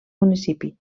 municipi